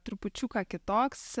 trupučiuką kitoks